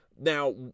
Now